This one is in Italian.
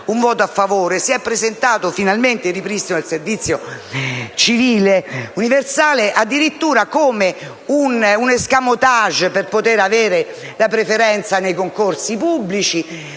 un voto a favore. Si è presentato il ripristino del servizio civile universale addirittura come un *escamotage* per poter avere la preferenza nei concorsi pubblici,